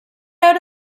out